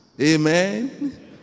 Amen